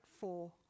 four